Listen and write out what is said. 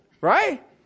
right